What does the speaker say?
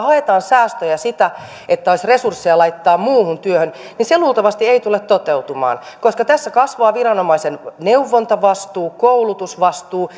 haetaan säästöjä ja sitä että olisi resursseja laittaa muuhun työhön niin se luultavasti ei tule toteutumaan koska tässä kasvaa viranomaisen neuvontavastuu koulutusvastuu